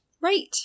Right